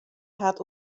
hat